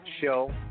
show